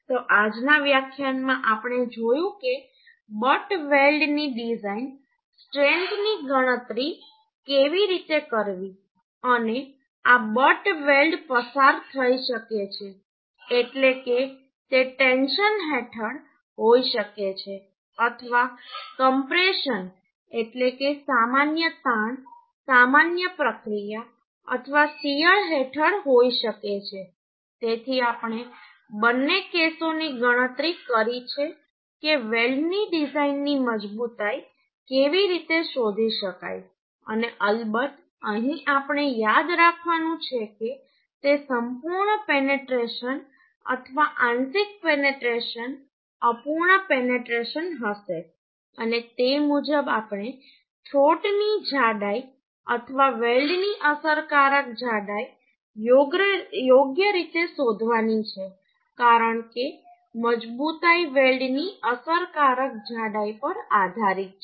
તો આજના વ્યાખ્યાનમાં આપણે જોયું કે બટ વેલ્ડની ડિઝાઇન સ્ટ્રેન્થની ગણતરી કેવી રીતે કરવી અને આ બટ વેલ્ડ પસાર થઈ શકે છે એટલે કે તે ટેન્શન હેઠળ હોઈ શકે છે અથવા કમ્પ્રેશન એટલે કે સામાન્ય તાણ સામાન્ય પ્રક્રિયા અથવા શીયર હેઠળ હોઈ શકે છે તેથી આપણે બંને કેસોની ગણતરી કરી છે કે વેલ્ડની ડિઝાઇનની મજબૂતાઈ કેવી રીતે શોધી શકાય અને અલબત્ત અહીં આપણે યાદ રાખવાનું છે કે તે સંપૂર્ણ પેનેટ્રેશન અથવા આંશિક પેનેટ્રેશન અપૂર્ણ પેનેટ્રેશન હશે અને તે મુજબ આપણે થ્રોટની જાડાઈ અથવા વેલ્ડની અસરકારક જાડાઈ યોગ્ય રીતે શોધવાની છે કારણ કે મજબૂતાઈ વેલ્ડની અસરકારક જાડાઈ પર આધારિત છે